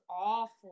awful